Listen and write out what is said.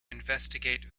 investigate